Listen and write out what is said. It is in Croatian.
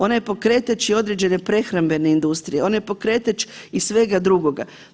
Ona je pokretač i određene prehrambene industrije, ona je pokretač i svega drugoga.